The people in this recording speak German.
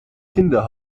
kinder